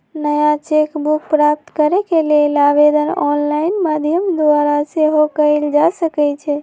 नया cheque book प्राप्त करेके लेल आवेदन ऑनलाइन माध्यम द्वारा सेहो कएल जा सकइ छै